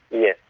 yes.